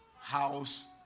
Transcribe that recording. house